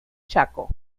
chaco